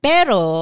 Pero